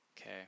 Okay